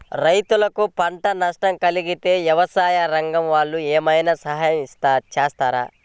రైతులకు పంట నష్టం కలిగితే వ్యవసాయ రంగం వాళ్ళు ఏమైనా సహాయం చేస్తారా?